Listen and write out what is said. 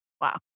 Wow